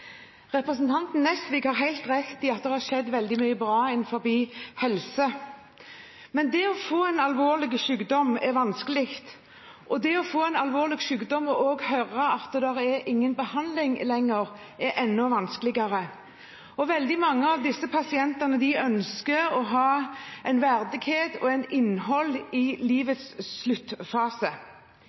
Representanten Nesvik har helt rett i at det har skjedd veldig mye bra innenfor helse, men det å få en alvorlig sykdom er vanskelig. Det å få en alvorlig sykdom og høre at det ikke er noen behandling lenger, er enda vanskeligere. Veldig mange av disse pasientene ønsker verdighet og innhold i livets sluttfase.